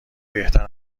بهتر